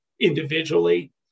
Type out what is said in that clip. individually